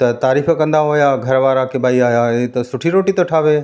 त तारीफ़ कंदा हुआ घर वारा की भई हा हा हे त सुठी रोटी थो ठाहे